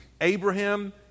Abraham